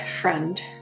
friend